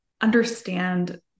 understand